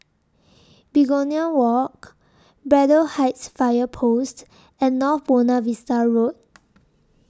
Begonia Walk Braddell Heights Fire Post and North Buona Vista Road